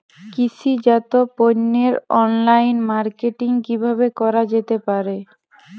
কৃষিজাত পণ্যের online marketing কিভাবে করা যেতে পারে?